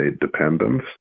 dependence